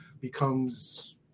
becomes